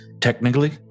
Technically